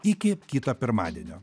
iki kito pirmadienio